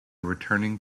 returning